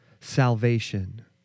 salvation